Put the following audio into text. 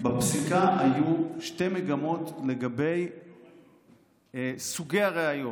בפסיקה היו שתי מגמות לגבי סוגי הראיות.